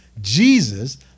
Jesus